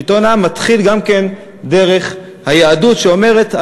שלטון העם מתחיל גם כן דרך היהדות שאומרת,